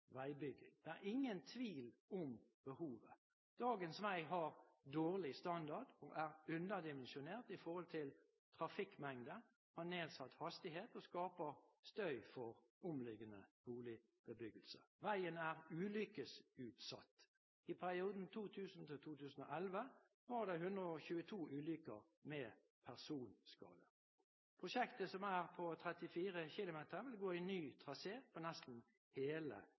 Det er ingen tvil om behovet. Dagens vei har dårlig standard, er underdimensjonert i forhold til trafikkmengde, har nedsatt hastighet og skaper støy for omliggende boligbebyggelse. Veien er ulykkesutsatt – i perioden 2000–2011 var det 122 ulykker med personskade. Prosjektet, som er på 34 km, vil gå i ny trasé på nesten hele